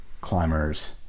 climbers